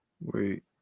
Wait